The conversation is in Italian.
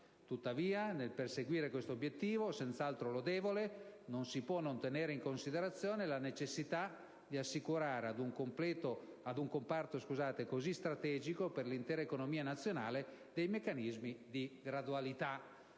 Tuttavia, nel perseguire questo obiettivo, senz'altro lodevole, non si può non tenere in considerazione la necessità di assicurare ad un comparto così strategico per l'intera economia nazionale dei meccanismi di gradualità.